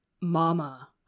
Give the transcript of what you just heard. mama